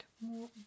more